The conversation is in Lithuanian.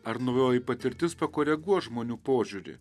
ar naujoji patirtis pakoreguos žmonių požiūrį